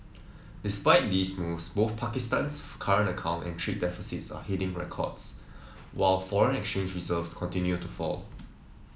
despite these moves both Pakistan's current account and trade deficits are hitting records while foreign exchange reserves continue to fall